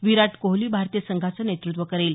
विराट कोहली भारतीय संघाचं नेतृत्व करेल